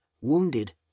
wounded